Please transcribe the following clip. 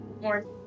more